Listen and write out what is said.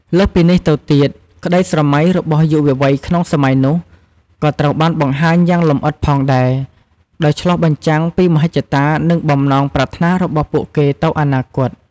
លើសពីនេះទៅទៀត ក្ដីស្រមៃ របស់យុវវ័យក្នុងសម័យនោះ ក៏ត្រូវបានបង្ហាញយ៉ាងលម្អិតផងដែរ ដោយឆ្លុះបញ្ចាំងពីមហិច្ឆតា និងបំណងប្រាថ្នារបស់ពួកគេទៅអនាគត។